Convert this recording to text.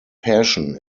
passion